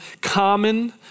common